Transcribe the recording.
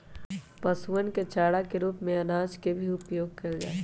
पशुअन के चारा के रूप में अनाज के भी उपयोग कइल जाहई